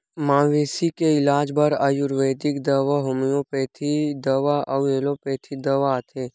मवेशी के इलाज बर आयुरबेदिक दवा, होम्योपैथिक दवा अउ एलोपैथिक दवा आथे